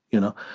you know,